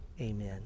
amen